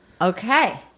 okay